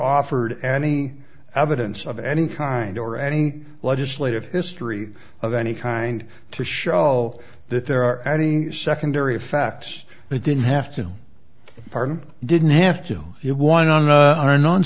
offered any evidence of any kind or any legislative history of any kind to show that there are any secondary facts but didn't have to pardon didn't have to do it one on the other non